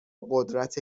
قدرت